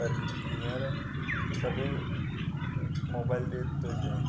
पर हीअंर सभु मोबाइल ते थो थिए